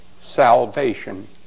salvation